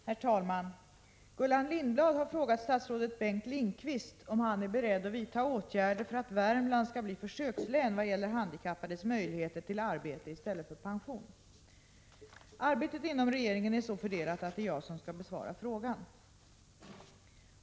Herr talman! Gullan Lindblad har frågat statsrådet Bengt Lindqvist om han är beredd att vidta åtgärder för att Värmland skall bli försökslän i vad gäller handikappades möjligheter till arbete i stället för pension. Arbetet inom regeringen är så fördelat att det är jag som skall besvara frågan.